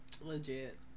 Legit